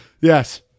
Yes